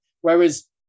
whereas